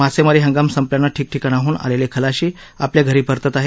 मासेमारी हंगाम संपल्याने ठिकठिकाणाहन आलेले खलाशी आपापल्या घरी परतत आहेत